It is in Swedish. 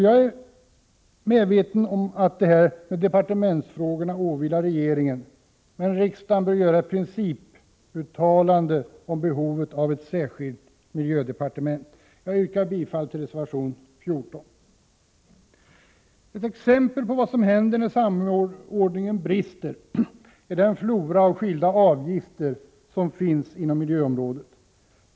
Jag är medveten om att departementsfrågorna åvilar regeringen, men riksdagen bör göra ett principuttalande om behovet av ett särskilt miljödepartement. Jag yrkar bifall till reservation 14. Ett exempel på vad som händer när samordningen brister är den flora av skilda avgifter som finns inom miljöområdet.